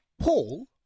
Paul